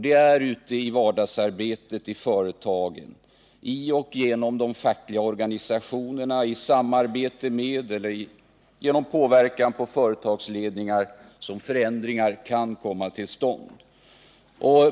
Det är i vardagsarbetet ute i företagen, i och genom de fackliga organisationerna — i samarbete med eller genom påverkan på företagsledningar — som förändringar kan komma till stånd.